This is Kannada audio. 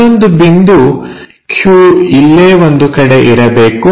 ಇನ್ನೊಂದು ಬಿಂದು Q ಇಲ್ಲೇ ಒಂದು ಕಡೆ ಇರಬೇಕು